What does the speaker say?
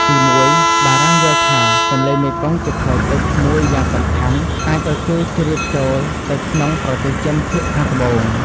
ទីមួយ បារាំងយល់ថាទន្លេមេគង្គជាផ្លូវទឹក មួយយ៉ាងសំខាន់អាចឱ្យគេជ្រៀតចូលទៅក្នុងប្រទេសចិនភាគខាងត្បូង។